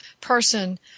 person